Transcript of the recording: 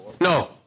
No